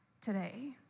today